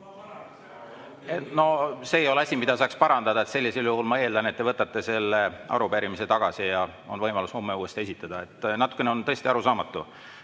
Ma parandan selle ära. No see ei ole asi, mida saaks parandada. Sellisel juhul ma eeldan, et te võtate selle arupärimise tagasi ja on võimalus homme uuesti esitada. Natukene on tõesti arusaamatu